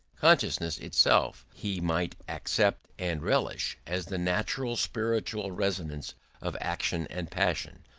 consciousness itself he might accept and relish as the natural spiritual resonance of action and passion,